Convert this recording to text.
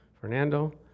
Fernando